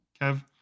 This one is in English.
Kev